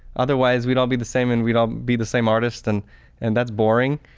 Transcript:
otherwise, we'd all be the same and we'd all be the same artist and and that's boring.